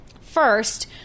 First